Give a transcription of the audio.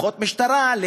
כוחות משטרה,